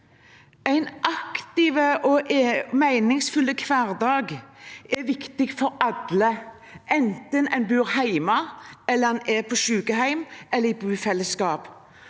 En aktiv og meningsfull hverdag er viktig for alle, enten man bor hjemme, på sykehjem eller i bofellesskap.